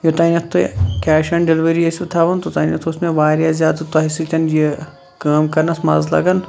یوٚتانۍ اَتھ تُہۍ کیش آن ڈیٚلِوری ٲسِو تھاوان توٚتانیٚتھ اوس مےٚ واریاہ زیادٕ تۄہہِ سۭتۍ یہِ کٲم کَرنَس مَزٕ لَگان